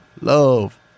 love